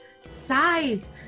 size